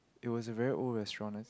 it was a very old restaurant